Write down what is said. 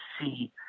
see